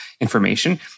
information